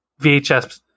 VHS